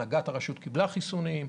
אם הנהגת הרשות קיבלה חיסונים?